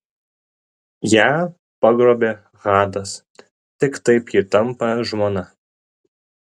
ją pagrobia hadas tik taip ji tampa žmona